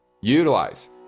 utilize